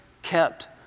kept